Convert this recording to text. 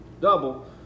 double